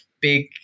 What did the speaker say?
big